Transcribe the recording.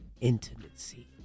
intimacy